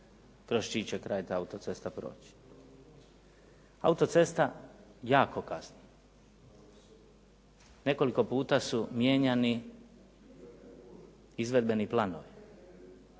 kroz čiji će kraj taj auto-cesta proći. Auto-cesta jako kasni. Nekoliko puta su mijenjani izvedbeni planovi.